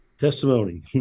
Testimony